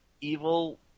evil